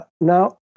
Now